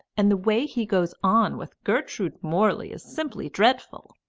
and the way he goes on with gertrude morley is simply dreadful.